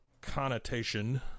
connotation